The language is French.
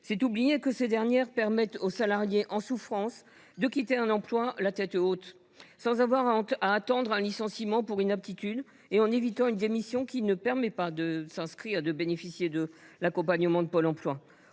C’est oublier que ces dernières permettent aux salariés en souffrance de quitter un emploi la tête haute, sans avoir à attendre un licenciement pour inaptitude et en évitant une démission qui ne permet pas de bénéficier de l’accompagnement de Pôle emploi.